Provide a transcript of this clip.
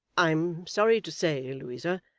i am sorry to say, louisa,